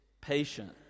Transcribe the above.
patient